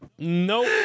Nope